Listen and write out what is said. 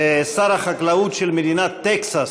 שר החקלאות של מדינת טקסס,